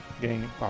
game